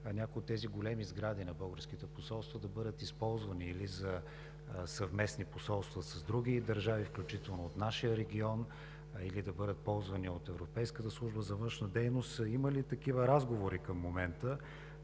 някои от тези големи сгради на българските посолства да бъдат използвани или за съвместни посолства с други държави, включително от нашия регион, или да бъдат ползвани от Европейската служба за външна дейност. Има ли такива разговори към момента